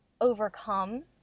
overcome